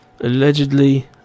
allegedly